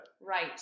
right